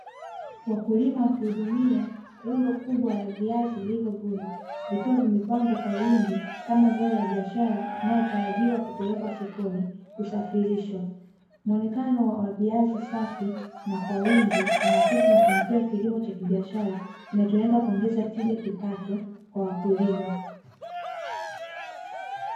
Wakulima wakihudumia rundo kubwa la viazi vilivyovunwa, vikiwa vimepangwa kwa wingi kama zao la biashara linalotarajiwa kupelekwa sokoni, kusafirishwa. Muonekano wa viazi safi na kwa wingi, unaakisi mafanikio ya kilimo cha kibiashara, kinacholenga kuongeza tija kipato kwa wakulima.